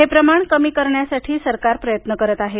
हे प्रमाण कमी करण्यासाठी सरकार प्रयत्न करत आहे